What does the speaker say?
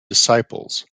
disciples